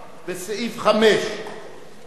סעיף 5 וסעיף